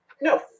No